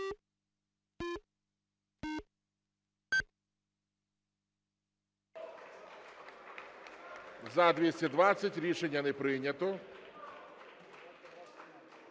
За-220 Рішення не прийнято.